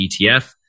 ETF